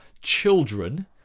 children